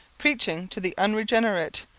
preaching to the unregenerate,